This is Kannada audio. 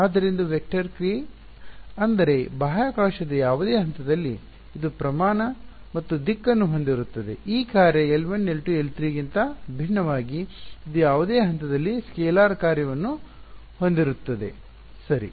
ಆದ್ದರಿಂದ ಇದು ವೆಕ್ಟರ್ ಕ್ರಿಯೆ ಅಂದರೆ ಬಾಹ್ಯಾಕಾಶದ ಯಾವುದೇ ಹಂತದಲ್ಲಿ ಅದು ಪ್ರಮಾಣ ಮತ್ತು ದಿಕ್ಕನ್ನು ಹೊಂದಿರುತ್ತದೆ ಈ ಕಾರ್ಯ L1 L2 L3 ಗಿಂತ ಭಿನ್ನವಾಗಿ ಇದು ಯಾವುದೇ ಹಂತದಲ್ಲಿ ಸ್ಕೇಲಾರ್ ಕಾರ್ಯವನ್ನು ಹೊಂದಿರುತ್ತದೆ ಸರಿ